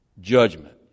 judgment